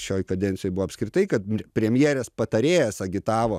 šioj kadencijoj buvo apskritai kad premjerės patarėjas agitavo